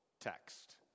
text